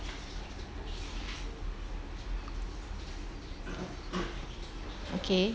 okay